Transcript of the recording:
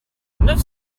neuf